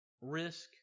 risk